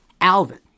Alvin